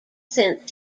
since